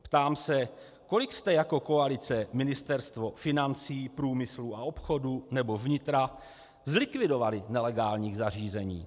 Ptám se, kolik jste jako koalice Ministerstvo financí, průmyslu a obchodu nebo vnitra zlikvidovali nelegálních zařízení?